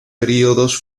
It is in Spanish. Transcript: períodos